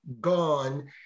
gone